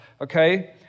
okay